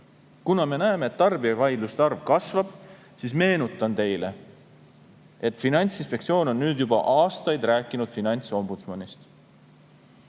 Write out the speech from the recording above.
Kuna me näeme, et tarbijavaidluste arv kasvab, siis meenutan teile, et Finantsinspektsioon on nüüd juba aastaid rääkinud finantsombudsmanist,